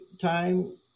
time